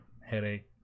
Headache